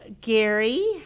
gary